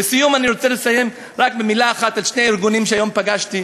אני רוצה לסיים רק במילה אחת על שני ארגונים שהיום פגשתי,